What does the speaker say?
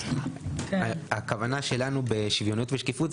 הכוונה שלנו בשוויוניות ושקיפות,